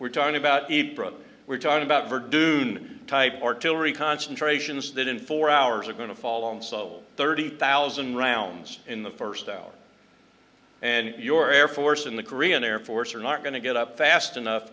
we're talking about a brother we're talking about dude type artillery concentrations that in four hours are going to fall on so thirty thousand rounds in the first hour and your air force in the korean air force are not going to get up fast enough